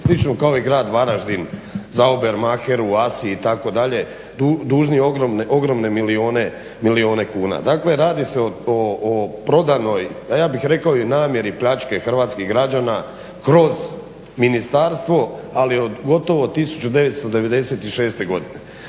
slično kao i grad Varaždin za …/Govornik se ne razumije./… itd. dužni ogromne milijuna kuna. Dakle, radi se o prodanoj, a ja bih rekao i o namjeri pljačke hrvatskih građana kroz ministarstvo, ali od gotovo 1996. godine.